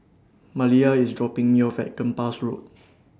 Maliyah IS dropping Me off At Kempas Road